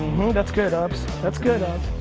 that's good, aubs. that's good, aubs.